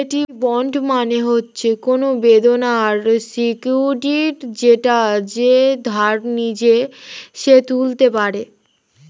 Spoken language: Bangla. একটি বন্ড মানে হচ্ছে কোনো দেনার সিকিউরিটি যেটা যে ধার নিচ্ছে সে তুলতে পারে